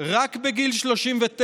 רק בגיל 39,